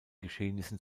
geschehnissen